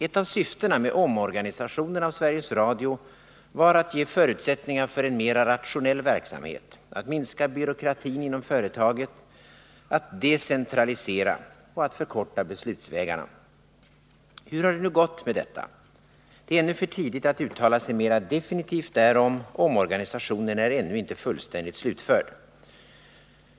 Ett av syftena med omorganisationen av Sveriges Radio var att ge förutsättningar för en mera rationell verksamhet, att minska byråkratin inom företaget, att decentralisera, att förkorta beslutsvägarna. Hur har det nu gått med detta? Det är ännu för tidigt att uttala sig mera definitivt därom. Omorganisationen är ännu inte fullständigt slutförd.